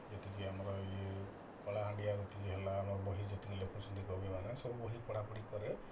ଯେତିକି ଆମର ଇଏ କଳାହାଣ୍ଡିଆ ଯେତିକି ହେଲା ଆମର ବହି ଯେତିକି ଲେଖୁଛନ୍ତି କବିମାନେ ସବୁ ବହି ପଢ଼ା ପଢ଼ି କରେ